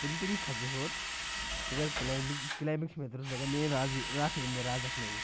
کُن طریٖق کھسہٕ بہٕ ہیوٚر مگر کٕلامبِنٛگ یہِ کٕلامبِنٛگ چھِ مےٚ ضوٚرَتھ لَگان میٛٲنۍ راز یہِ راتھٕے أنۍ مےٚ رَز اکھ نٔو